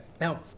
now